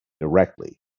directly